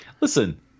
Listen